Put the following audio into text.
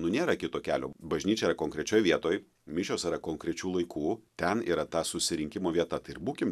nu nėra kito kelio bažnyčia yra konkrečioj vietoj mišios yra konkrečių laikų ten yra ta susirinkimo vieta tai ir būkim